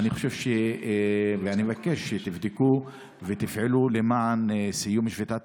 ואני מבקש שתבדקו ותפעלו למען סיום שביתת